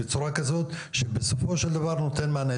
בצורה כזו שבסופו של דבר יינתן מענה,